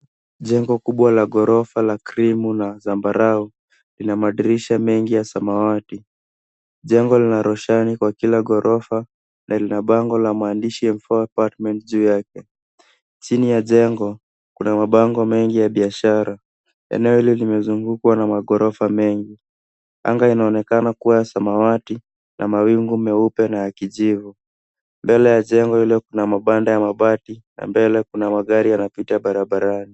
Jengo kubwa la ghorofa la krimu na zambarau lina madirisha mengi ya samawati. Jengo lina roshani kwa kila ghorofa na lina bango la maandishi apartments juu yake. Chini ya jengo kuna mabango mingi ya biashara. Eneo hili limezungukwa na maghorofa mengi. Anga inaonekana kuwa ya samawati na mawingu meupe na ya kijivu. Mbele ya jengo hilo kuna mabanda ya mabati na mbele kuna magari yanapita barabarani.